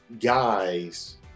guys